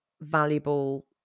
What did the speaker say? valuable